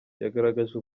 yagaragaje